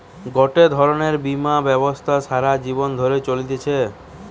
গটে ধরণের বীমা ব্যবস্থা সারা জীবন ধরে চলতিছে